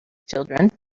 children